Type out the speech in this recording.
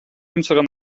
unserer